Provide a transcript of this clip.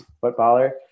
footballer